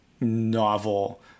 novel